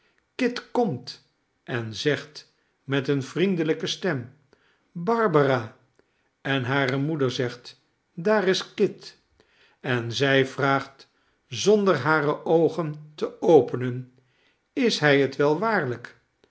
kit komt en zegt met een vriendelijke stem barbara en hare moeder zegt daar is kit en zij vraagt zonder hare oogen te openen is hij het wel waarlijk